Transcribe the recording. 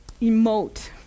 emote